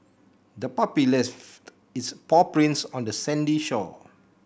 the puppy left its paw prints on the sandy shore